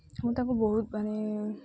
ମୁଁ ତାକୁ ବହୁତ ମାନେ